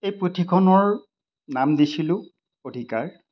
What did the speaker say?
এই পুথিখনৰ নাম দিছিলোঁ অধিকাৰ